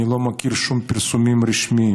אני לא מכיר שום פרסומים רשמיים.